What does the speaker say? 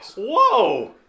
whoa